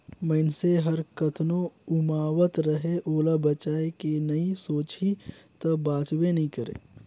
मइनसे हर कतनो उमावत रहें ओला बचाए के नइ सोचही त बांचबे नइ करे